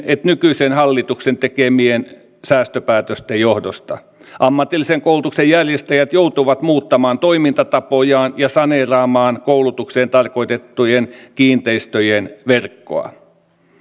että nykyisen hallituksen tekemien säästöpäätösten johdosta ammatillisen koulutuksen järjestäjät joutuvat muuttamaan toimintatapojaan ja saneeraamaan koulutukseen tarkoitettujen kiinteistöjen verkkoa